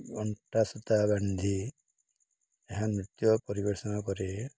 ଅଣ୍ଟା ସୂତା ବାନ୍ଧି ଏହା ନୃତ୍ୟ ପରିବେଷଣ କରି